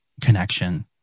connection